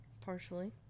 Partially